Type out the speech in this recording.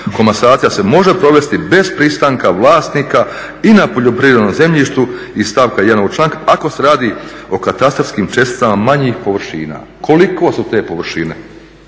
komasacija se može provesti bez pristanka vlasnika i na poljoprivrednom zemljištu iz stavka 1. ovog članka ako se radi o katastarskim česticama manjih površina. Koliko su te površine,